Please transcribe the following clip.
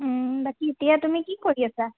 বাকী এতিয়া তুমি কি কৰি আছা